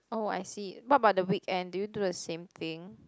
oh I see what about the weekend do you do the same thing